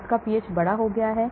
आंत का पीएच बड़ा हो गया है